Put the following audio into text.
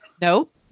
nope